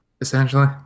essentially